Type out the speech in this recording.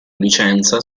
licenza